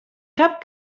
cap